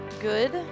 Good